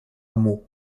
meaux